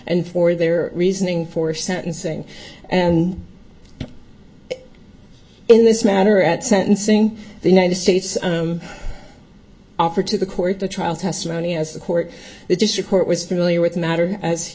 and for their reasoning for sentencing and in this matter at sentencing the united states offer to the court the trial testimony as a court the district court was familiar with the matter as